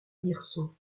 hirson